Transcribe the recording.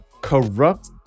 corrupt